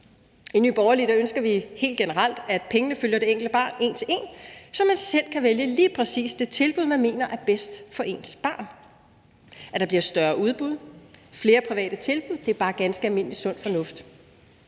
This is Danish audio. I Nye Borgerlige ønsker vi helt generelt, at pengene følger det enkelte barn en til en, så man selv kan vælge lige præcis det tilbud, man mener er bedst for ens barn, og vi ønsker, at der bliver større udbud og flere private tilbud. Det er bare ganske almindelig sund fornuft.